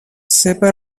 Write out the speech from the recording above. cepa